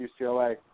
UCLA